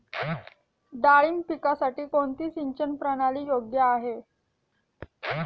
डाळिंब पिकासाठी कोणती सिंचन प्रणाली योग्य आहे?